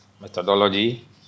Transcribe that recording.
methodology